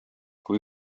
kui